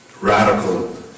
radical